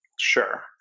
Sure